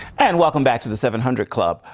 and welcome back to the seven hundred club.